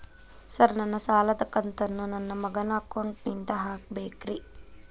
Sir ನನ್ನ ಸಾಲದ ಕಂತನ್ನು ನನ್ನ ಮಗನ ಅಕೌಂಟ್ ನಿಂದ ಹಾಕಬೇಕ್ರಿ?